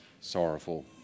sorrowful